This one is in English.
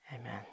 Amen